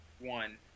one